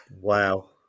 wow